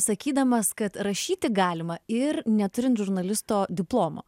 sakydamas kad rašyti galima ir neturint žurnalisto diplomo